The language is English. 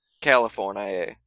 California